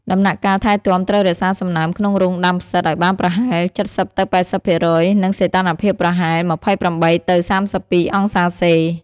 ដំណាក់កាលថែទាំត្រូវរក្សាសំណើមក្នុងរោងដាំផ្សិតឲ្យបានប្រហែល ៧០ទៅ៨០% និងសីតុណ្ហភាពប្រហែល ២៨ទៅ៣២ អង្សាសេ។